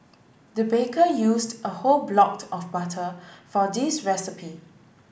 the baker used a whole blot of butter for this recipe